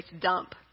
dump